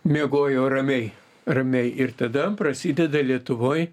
miegojo ramiai ramiai ir tada prasideda lietuvoj